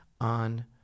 on